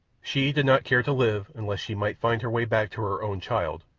she did not care to live unless she might find her way back to her own child,